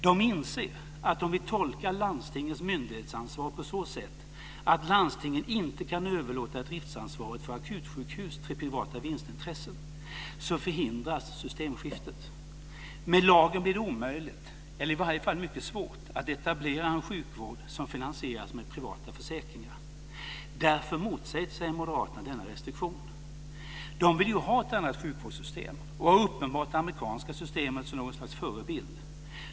De inser att om vi tolkar landstingens myndighetsansvar på så sätt att landstingen inte kan överlåta driftsansvaret för akutsjukhus till privata vinstintressen, så förhindras systemskiftet. Med lagen blir det omöjligt, eller i varje fall mycket svårt, att etablera en sjukvård som finansieras med privata försäkringar. Därför motsätter sig Moderaterna denna restriktion. De vill ju ha ett annat sjukvårdssystem och har uppenbart det amerikanska systemet som något slags förebild.